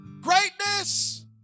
Greatness